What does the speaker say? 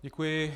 Děkuji.